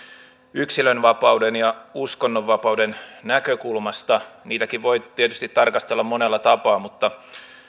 yksilönvapauden ja uskonnonvapauden näkökulmasta niitäkin voi tietysti tarkastella monella tapaa mutta